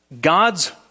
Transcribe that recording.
God's